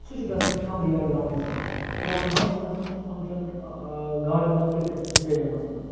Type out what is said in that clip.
سُہ چھُ گَژھان قَمرِیا گرَوُنڈَس مَنٛز یا مَنٛز چھِ گَژھان سۄ فَنٛکشَن گاڈوٗرا کِرکَٹ سٹیڈِیَمَس مَنٛز